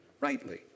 rightly